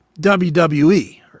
wwe